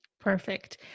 Perfect